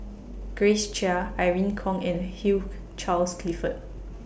Grace Chia Irene Khong and Hugh Charles Clifford